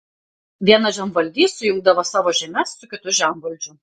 vienas žemvaldys sujungdavo savo žemes su kitu žemvaldžiu